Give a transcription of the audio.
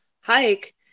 hike